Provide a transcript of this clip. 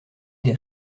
des